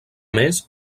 més